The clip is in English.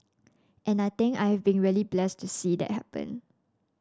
and I think I've been really blessed to see that happen